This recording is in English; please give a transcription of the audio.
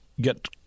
get